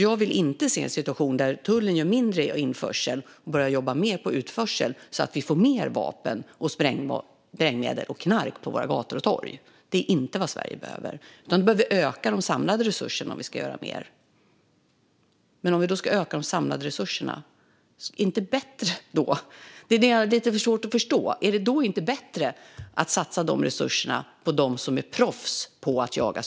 Jag vill inte se en situation där tullen jobbar mindre med införsel och börjar jobba mer med utförsel så att vi får mer vapen, sprängmedel och knark på våra gator och torg. Det är inte vad Sverige behöver. Vi behöver öka de samlade resurserna om vi ska göra mer. Men om vi ska öka de samlade resurserna, är det då inte bättre att satsa dessa resurser på dem som är proffs på att jaga stöldligor? Detta har jag lite svårt att förstå.